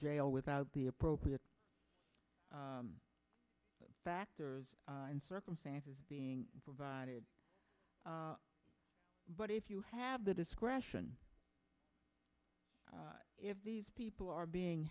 jail without the appropriate factors and circumstances being provided but if you have the discretion if these people are being